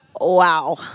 Wow